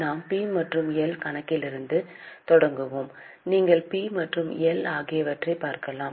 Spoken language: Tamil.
நாம் பி மற்றும் எல் கணக்கிலிருந்து தொடங்குவோம் நீங்கள் பி மற்றும் எல் ஆகியவற்றைப் பார்க்கலாம்